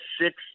six